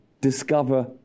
discover